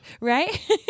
right